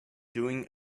doing